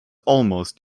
almost